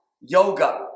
Yoga